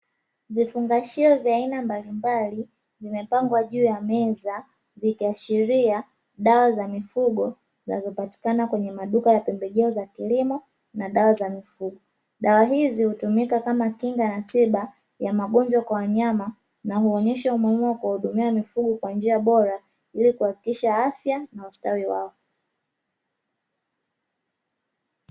Vifungashio vya aina mbalimbali, vimepangwa juu ya meza, vikiashiria dawa za mifugo zinazopatikana kwenye maduka ya pembejeo za kilimo na dawa za mifugo. Dawa hizi hutumika kama kinga na tiba ya magonjwa kwa wanyama na huonyesha umuhimu wa kuwahudumia mifugo kwa njia bora ili kuhakikisha afya na ustawi wao.